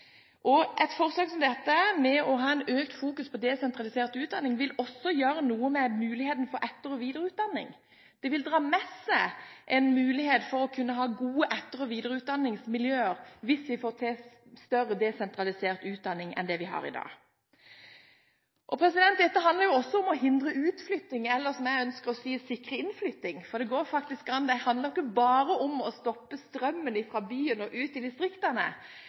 Et forslag som dette, å fokusere mer på desentralisert utdanning, vil også muliggjøre etter- og videreutdanning. Det vil dra med seg en mulighet til å ha gode etter- og videreutdanningsmiljøer hvis vi får til en mer desentralisert utdanning enn det vi har i dag. Dette handler også om å hindre utflytting – eller, som jeg ønsker å si, å sikre innflytting – for det går faktisk an. Det handler jo ikke bare om å stoppe strømmen fra distriktene og til byen. Vi vet at byene kveles. Det finnes grenser for hvor mye en by kan vokse, og